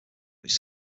which